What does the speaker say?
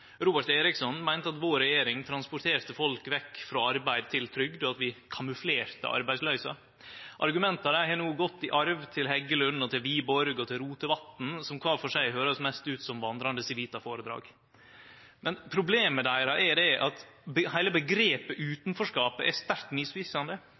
Robert Eriksson meinte at vår regjering transporterte folk vekk frå arbeid og til trygd, og at vi kamuflerte arbeidsløysa. Argumenta har no gått i arv til representantane Heggelund, Wiborg og Rotevatn, som kvar for seg høyrest mest ut som vandrande Civita-føredrag. Men problemet deira er at heile omgrepet «utanforskap» er sterkt misvisande, for det